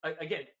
again